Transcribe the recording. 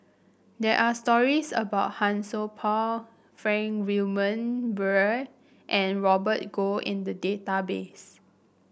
there are stories about Han Sai Por Frank Wilmin Brewer and Robert Goh in the database